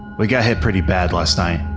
we got hit pretty bad last night.